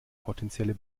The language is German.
potenzielle